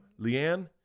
Leanne